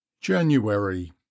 january